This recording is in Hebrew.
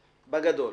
בגדול.